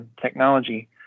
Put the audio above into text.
technology